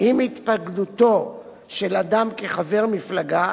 עם התפקדותו של אדם כחבר מפלגה